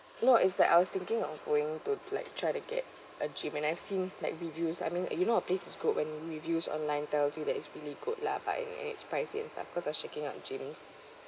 no it's like I was thinking of going to like try to get a gym and I've seen like videos I mean you know a place is good when reviews online tells you that it's really good lah but I mean and it's pricey and stuff cause I checking out gyms